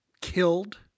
killed